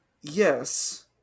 Yes